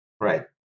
right